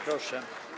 Proszę.